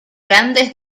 grandes